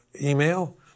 email